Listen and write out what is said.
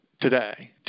today